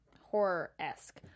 horror-esque